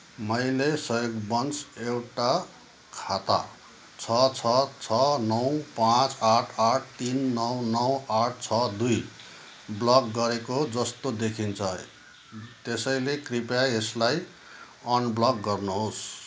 मैले संयोगवश एउटा खाता छ छ छ नौ पाँच आठ आठ तिन नौ नौ आठ छ दुई ब्लक गरेको जस्तो देखिन्छ त्यसैले कृपया यसलाई अनब्लक गर्नुहोस्